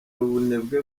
ubunebwe